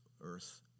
earth